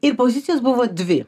ir pozicijos buvo dvi